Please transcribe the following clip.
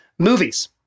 Movies